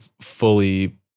fully